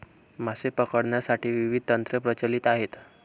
मासे पकडण्यासाठी विविध तंत्रे प्रचलित आहेत